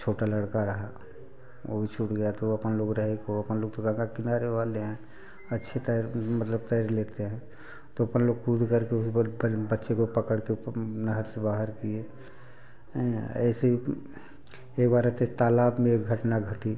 छोटा लड़का रहा ओहु छूट गया तो अपन लोग रहे कहो अपन लोग तो गंगा के किनारे वाले हैं अच्छी तैर मतलब तैर लेते हैं तो अपन लोग कूद कर के उसे पहले बच्चे को पकड़ कर फिर नहर से बाहर किए ऐसे ही एक बार ऐसे तालाब में एक घटना घटी